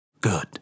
Good